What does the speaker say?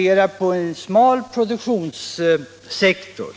har en smal produktionssektor.